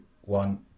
one